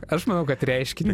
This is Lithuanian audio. aš manau kad reiškinį